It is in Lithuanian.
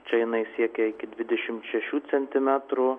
čia jinai siekia iki dvidešimt šešių centimetrų